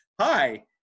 Hi